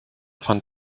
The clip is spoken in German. fand